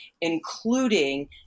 including